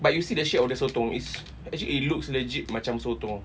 but you see the shape of the sotong is actually it looks legit macam sotong